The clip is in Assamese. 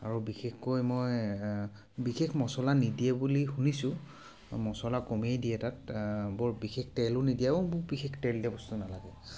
আৰু বিশেষকৈ মই বিশেষ মছলা নিদিয়ে বুলি শুনিছোঁ মছলা কমেই দিয়ে তাত বৰ বিশেষ তেলো নিদিয়াও বিশেষ তেল দিয়া বস্তু নালাগে